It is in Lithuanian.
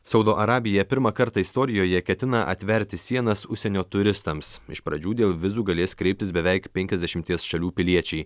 saudo arabija pirmą kartą istorijoje ketina atverti sienas užsienio turistams iš pradžių dėl vizų galės kreiptis beveik penkiasdešimties šalių piliečiai